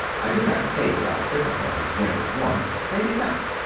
i do not say that all difficulties went at once. they did not.